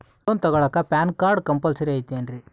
Loan ತೊಗೊಳ್ಳಾಕ PAN card compulsory ಐಯ್ತೇನ್ರಿ?